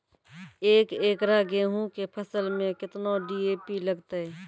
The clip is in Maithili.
एक एकरऽ गेहूँ के फसल मे केतना डी.ए.पी लगतै?